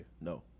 no